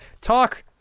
Talk